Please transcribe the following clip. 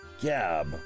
Gab